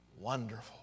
Wonderful